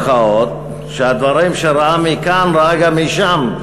שהדברים שראה מכאן ראה גם משם,